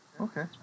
Okay